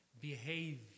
behave